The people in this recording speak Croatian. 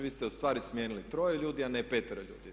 Vi ste ustvari smijenili troje ljudi a ne petero ljudi.